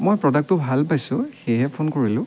মই প্ৰডাক্টটো ভাল পাইছোঁ সেয়েহে ফোন কৰিলোঁ